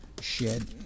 shed